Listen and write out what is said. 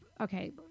okay